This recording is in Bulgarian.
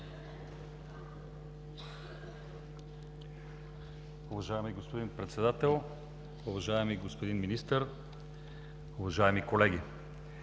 Уважаеми господин Председател, уважаеми господин министър, уважаеми колеги!